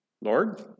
Lord